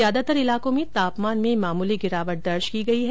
ज्यादातर इलाको में तापमान में मामूली गिरावट दर्ज की गई है